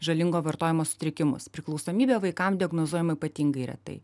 žalingo vartojimo sutrikimus priklausomybė vaikam diagnozuojama ypatingai retai